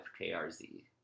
KRZ